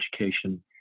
education